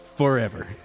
Forever